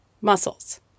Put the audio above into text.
muscles